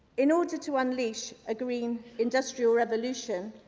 in order to unleash a green industrial revolution,